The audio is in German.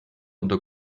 unter